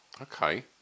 Okay